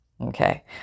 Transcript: Okay